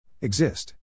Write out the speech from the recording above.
Exist